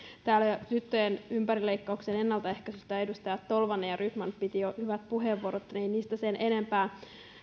täällä tyttöjen ympärileikkauksen ennaltaehkäisystä edustajat tolvanen ja rydman käyttivät jo hyvät puheenvuorot ei niistä sen enempää